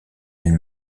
elles